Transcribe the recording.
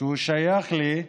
ששייך לי,